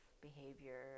behavior